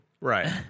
Right